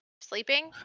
sleeping